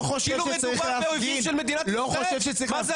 מה זה הטירוף הזה?